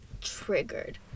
triggered